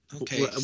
Okay